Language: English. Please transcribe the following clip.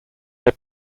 they